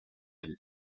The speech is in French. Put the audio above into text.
vie